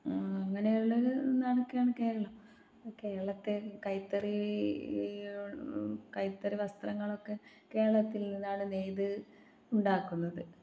അങ്ങനെയുള്ള ഒരു നാടൊക്കെയാണ് കേരളം കേരളത്തിലെ കൈത്തറി കൈത്തറി വസ്ത്രങ്ങളൊക്കെ കേരളത്തിൽ നിന്നാണ് നെയ്ത് ഉണ്ടാക്കുന്നത്